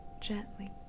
gently